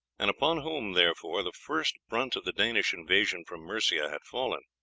and upon whom, therefore, the first brunt of the danish invasion from mercia had fallen.